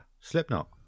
slipknot